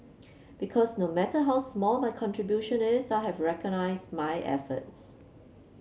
because no matter how small my contribution is I have been recognised my efforts